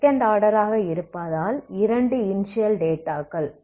second order ஆக இருப்பதால் இரண்டு இனிஷியல் டேட்டாக்கள்